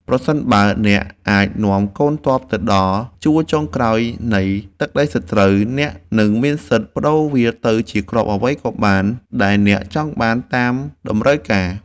ប្រសិនបើអ្នកអាចនាំកូនទ័ពទៅដល់ជួរចុងក្រោយនៃទឹកដីសត្រូវអ្នកនឹងមានសិទ្ធិប្តូរវាទៅជាគ្រាប់អ្វីក៏បានដែលអ្នកចង់បានតាមតម្រូវការ។